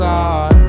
God